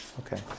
Okay